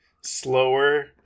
slower